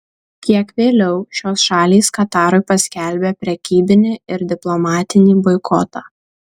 kiek vėliau šios šalys katarui paskelbė prekybinį ir diplomatinį boikotą